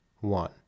one